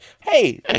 hey